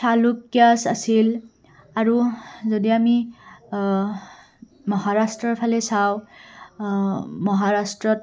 চালুক্যাছ আছিল আৰু যদি আমি মহাৰাষ্ট্ৰৰ ফালে চাওঁ মহাৰাষ্ট্ৰত